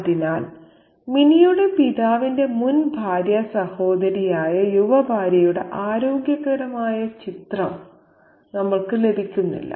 അതിനാൽ മിനിയുടെ പിതാവിന്റെ മുൻ ഭാര്യാ സഹോദരിയായ യുവഭാര്യയുടെ ആരോഗ്യകരമായ ചിത്രം നമ്മൾക്ക് ലഭിക്കുന്നില്ല